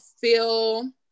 feel